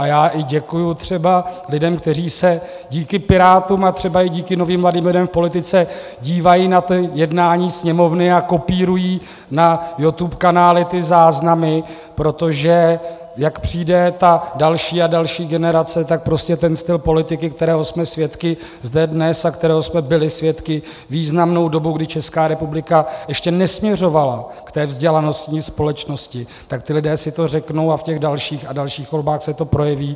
A já i děkuji třeba lidem, kteří se díky Pirátům a třeba i díky novým mladým lidem v politice dívají na jednání Sněmovny a kopírují na YouTube kanály ty záznamy, protože jak přijde ta další a další generace, tak prostě ten styl politiky, kterého jsme svědky zde dnes a kterého jsme byli svědky významnou dobu, kdy Česká republika ještě nesměřovala ke vzdělanostní společnosti, tak ti lidé si to řeknou a v těch dalších a dalších volbách se to projeví.